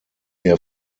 mir